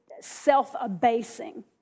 self-abasing